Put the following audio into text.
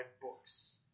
books